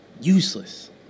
Useless